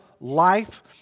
Life